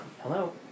Hello